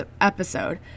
episode